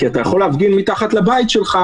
כי אתה יכול להפגין מתחת לבית שלך,